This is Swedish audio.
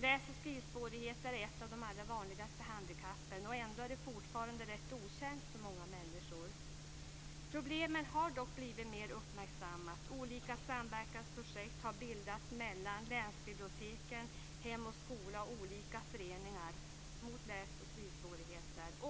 Läs och skrivsvårigheter är ett av de allra vanligaste handikappen. Ändå är det fortfarande rätt okänt för många människor. Problemet har dock blivit mer uppmärksammat. Olika samverkansprojekt har bildats mellan länsbiblioteken, Hem och skola och olika föreningar mot läsoch skrivsvårigheter.